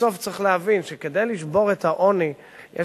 שבסוף צריך להבין שכדי לשבור את העוני יש